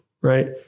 right